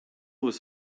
was